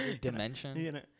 Dimension